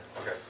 Okay